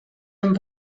amb